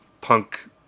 punk